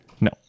No